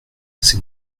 ces